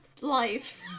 life